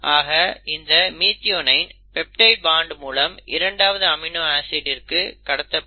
ஆக இந்த methionine peptide bond மூலம் இரண்டாவது அமினோ ஆசிட்டிற்கு கடத்தப்படும்